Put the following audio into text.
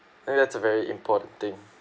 ya that's a very important thing